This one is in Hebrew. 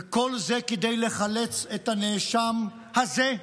וכל זה כדי לחלץ את הנאשם הזה,